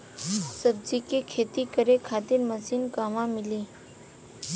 सब्जी के खेती करे खातिर मशीन कहवा मिली?